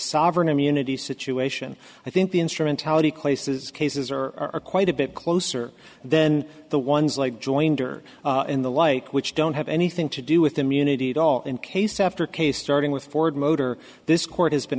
sovereign immunity situation i think the instrumentality clay says cases are are quite a bit closer then the ones like joinder in the like which don't have anything to do with immunity to all in case after case starting with ford motor this court has been